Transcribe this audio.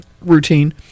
routine